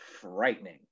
frightening